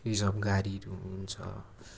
reserve गाडीहरू हुन्छ